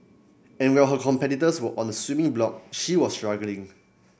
and while her competitors were on the swimming block she was struggling